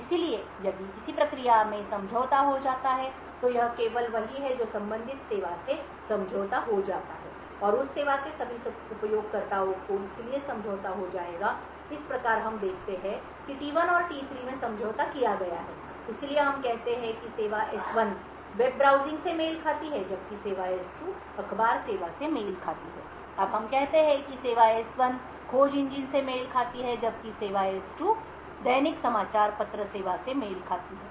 इसलिए यदि किसी प्रक्रिया में समझौता हो जाता है तो यह केवल वही है जो संबंधित सेवा से समझौता हो जाता है और उस सेवा के सभी उपयोगकर्ताओं को इसलिए समझौता हो जाएगा इस प्रकार हम देखते हैं कि T1 और T3 में समझौता किया गया है इसलिए हम कहते हैं कि सेवा S1 वेब ब्राउज़िंग से मेल खाती है जबकि सेवा S2 अखबार सेवा से मेल खाती है अब हम कहते हैं कि सेवा S1 खोज इंजन से मेल खाती है जबकि सेवा S2 दैनिक समाचार पत्र सेवा से मेल खाती है